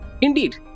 Indeed